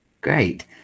Great